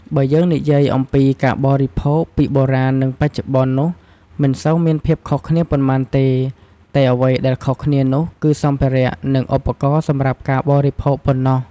បើយើងនិយាយអំពីការបរិភោគ ពីបុរាណនឹងបច្ចុប្បន្ននោះមិនសូវមានភាពខុសគ្នាប៉ុន្មានទេ តែអ្វីដែលខុសគ្នានោះគឺ សម្ភារៈនិងឧបករណ៍សម្រាប់ការបរិភោគប៉ុណ្ណោះ។